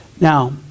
Now